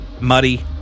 muddy